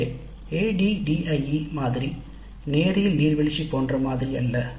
எனவே ADDIE மாதிரி நேரியல் நீர்வீழ்ச்சி போன்ற மாதிரி அல்ல